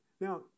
Now